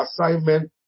assignment